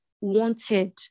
wanted